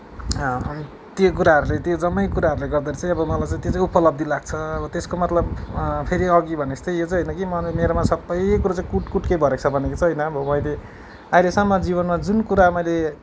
त्यो कुराहरूले त्यो जम्मै कुराहरूले गर्दाखेरि चाहिँ अब मलाई चाहिँ त्यो चाहिँ उपलब्धि लाग्छ अब त्यसको मतलब फेरि अघि भनेको जस्तै यो चाहिँ होइन कि म मेरोमा सबै कुरो चाहिँ कुटकुटके भरिएको छ भनेको चाहिँ होइन अब मैले अहिलेसम्म जीवनमा जुन कुरा मैले